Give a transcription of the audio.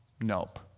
Nope